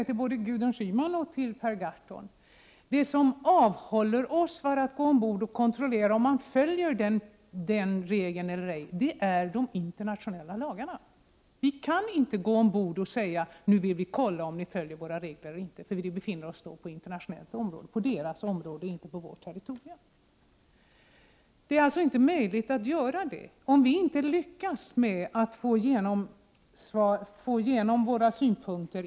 Till både Gudrun Schyman och Per Gahrton vill jag säga, att det som avhåller oss från att gå ombord och kontrollera om den regeln följs är de internationella lagarna. Vi kan inte gå ombord på ett fartyg och säga att vi vill kontrollera om våra regler följs eller ej. Vi skulle nämligen då befinna oss på deras nationella område och inte på vårt eget territorium. Jag kan inte ange en tidpunkt för när vi internationellt kommer att få gehör för våra synpunkter.